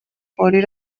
فوری